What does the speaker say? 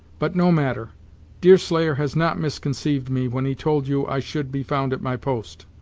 but no matter deerslayer has not misconceived me, when he told you i should be found at my post.